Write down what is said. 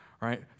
right